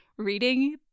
reading